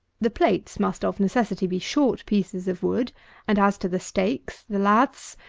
the plates must of necessity be short pieces of wood and, as to the stakes, the laths,